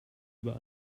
über